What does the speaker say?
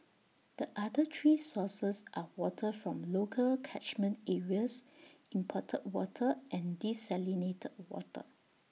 the other three sources are water from local catchment areas imported water and desalinated water